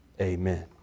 Amen